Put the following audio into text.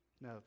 No